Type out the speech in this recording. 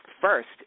First